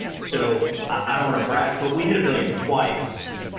so, i don't want to brag but we hit a billion twice